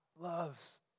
loves